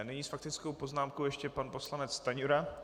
Nyní s faktickou poznámkou ještě pan poslanec Stanjura.